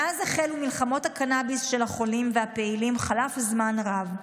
מאז החלו מלחמות הקנביס של החולים והפעילים חלף זמן רב.